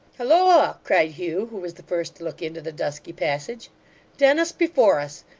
halloa! cried hugh, who was the first to look into the dusky passage dennis before us!